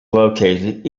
located